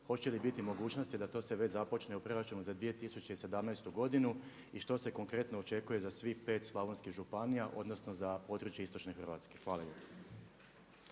Hoće li biti mogućnosti da to sve već započne u proračunu za 2017. godinu i što se konkretno očekuje za svih pet slavonskih županija odnosno za područje Istočne Hrvatske? Hvala